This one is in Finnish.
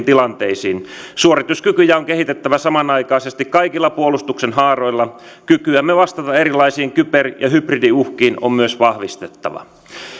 tilanteisiin suorituskykyjä on kehitettävä samanaikaisesti kaikilla puolustuksen haaroilla kykyämme vastata erilaisiin kyber ja hybridiuhkiin on myös vahvistettava